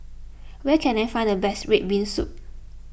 where can I find the best Red Bean Soup